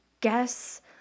guess